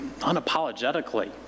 unapologetically